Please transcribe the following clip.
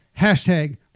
hashtag